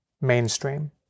Mainstream